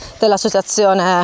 dell'associazione